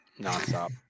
nonstop